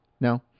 No